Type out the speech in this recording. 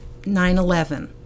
9-11